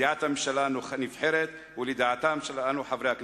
לידיעת הממשלה הנבחרת ולידיעתנו שלנו, חברי הכנסת.